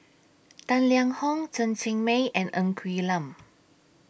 Tang Liang Hong Chen Cheng Mei and Ng Quee Lam